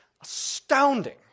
astounding